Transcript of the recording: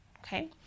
Okay